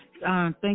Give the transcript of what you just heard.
Thank